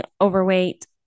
overweight